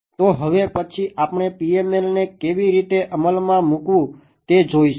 તો હવે પછી આપણે PML ને કેવી રીતે અમલમાં મૂકવું તે જોઈશું